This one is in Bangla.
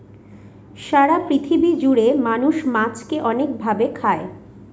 সারা পৃথিবী জুড়ে মানুষ মাছকে অনেক ভাবে খায়